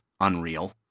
unreal